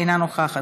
אינה נוכחת,